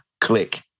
Click